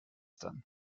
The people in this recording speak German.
dann